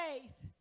faith